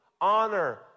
Honor